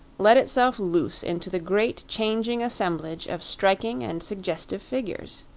let itself loose into the great changing assemblage of striking and suggestive figures.